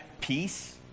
peace